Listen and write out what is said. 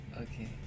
Okay